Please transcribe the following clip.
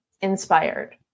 inspired